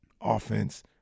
offense